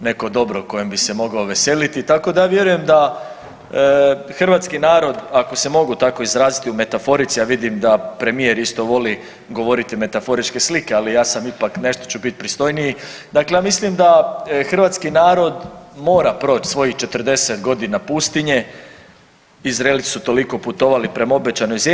neko dobro kojem bi se mogao veseliti, tako da ja vjerujem da hrvatski narod, ako se mogu tako izraziti u metaforici, a vidim da premijer isto voli govoriti metaforičke slike, ali ja sam ipak, nešto ću biti pristojniji, dakle ja mislim da hrvatski narod mora proći svojih 40 godina pustinje, Izraelci su toliko putovali prema obećanoj zemlji.